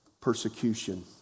persecution